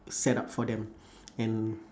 setup for them and